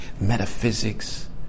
metaphysics